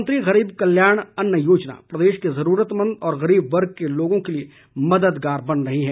प्रधानमंत्री गरीब कल्याण अन्न योजना प्रदेश के जरूरतमंद व गरीब वर्ग के लोगों के लिए मददगार बन रही है